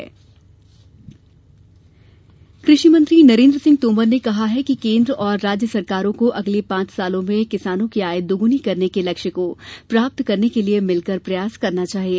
किसान आय कृषि मंत्री नरेन्द्र सिंह तोमर ने कहा कि केन्द्र और राज्य सरकारों को अगले पांच वर्षों में किसानों की आय दोग्नी करने के लक्ष्य को प्राप्त करने के लिए मिलकर प्रयास करना चाहिए